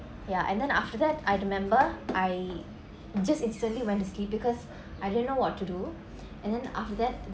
ya and then after that I remember I just instantly went to sleep because I didn't know what to do and then after that